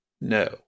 no